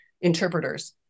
interpreters